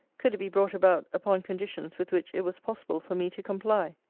could it be brought about upon conditions with which it was possible for me to comply.